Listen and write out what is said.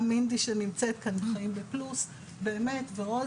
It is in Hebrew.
גם מינדי שנמצאת כאן "חיים בפלוס", ורוזי.